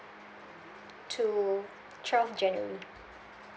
to twelfth january